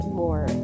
more